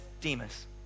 Demas